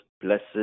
blessed